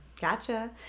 Gotcha